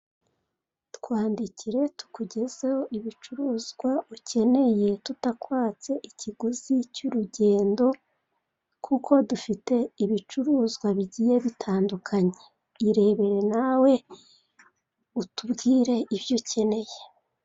Twandikire tukugezeho ibicuruzwa ukeneye tutakwatse ikiguzi cy'urugendo kuko dufite ibicuruzwa bigiye bitandukanye. Irebere nawe utubwire ibyo ukeneye.